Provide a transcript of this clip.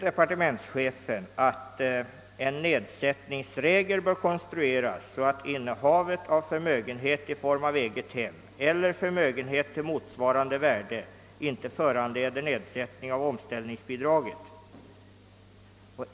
Departementschefen säger: »En nedsättningsregel bör konstrueras så att innehavet av förmögenhet i form av eget hem — eller förmögenhet till motsvarande värde — inte föranleder nedsättning av omställningsbidraget.